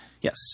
Yes